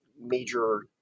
major